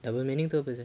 double meaning tu apa sia